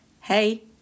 hey